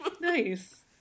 Nice